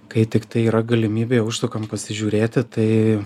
kai tiktai yra galimybė užsukam pasižiūrėti tai